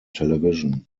television